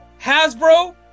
Hasbro